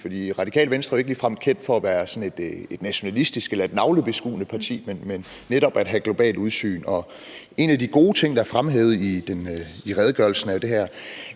for Radikale Venstre er jo ikke ligefrem kendt for at være sådan et nationalistisk eller navlebeskuende parti, men for netop at have et globalt udsyn. En af de gode ting, der er fremhævet i redegørelsen, er jo det her